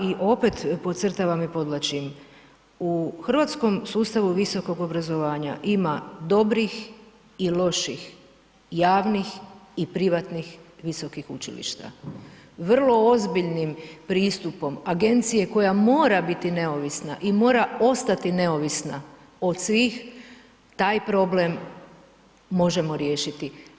I opet podcrtavam i podvlačim, u hrvatskom sustavu visokog obrazovanja ima dobrih i loših, javnih i privatnih visokih učilišta, vrlo ozbiljnim pristupom Agencije koja mora biti neovisna i mora ostati neovisna od svih, taj problem možemo riješiti.